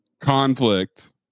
conflict